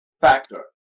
factor